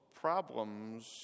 problems